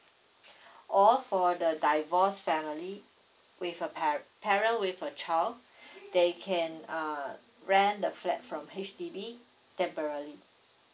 or for the divorced family with a par~ parent with a child they can uh rent the flat from H_D_B temporarily